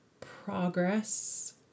progress